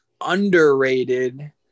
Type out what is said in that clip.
underrated